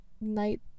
night